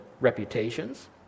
reputations